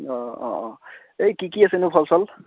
অঁ অঁ অঁ এই কি কি আছেনো ফল চল